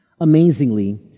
Amazingly